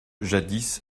jadis